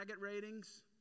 ratings